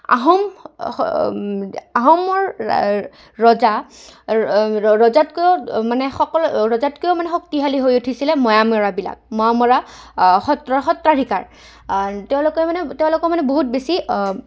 আহোম আহোমৰ ৰজা ৰজাতকৈও মানে সকলো ৰজাতকৈও মানে শক্তিশালী হৈ উঠিছিলে মোৱামৰীয়াবিলাক মোৱামৰীয়া সত্ৰৰ সত্ৰাধিকাৰ তেওঁলোকে মানে তেওঁলোকৰ মানে বহুত বেছি